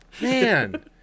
man